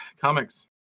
Comics